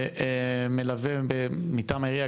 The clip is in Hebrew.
מלווה מטעם העירייה.